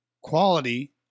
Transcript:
quality